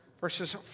verses